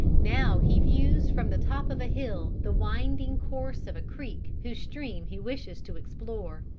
now he views from the top of a hill the winding course of a creek whose streams he wishes to explore.